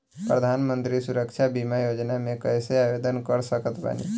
प्रधानमंत्री सुरक्षा बीमा योजना मे कैसे आवेदन कर सकत बानी?